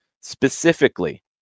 specifically